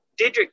Didrik